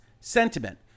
Sentiment